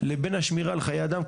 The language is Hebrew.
לבין השמירה על חיי אדם.